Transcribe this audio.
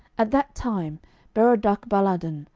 at that time berodachbaladan,